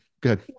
good